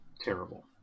terrible